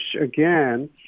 again